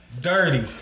Dirty